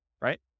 right